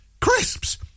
Crisps